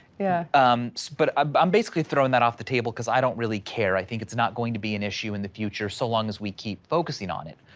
yeah um so but but i'm basically throwing that off the table, because i don't really care. i think it's not going to be an issue in the future, so long as we keep focusing on it,